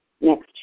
next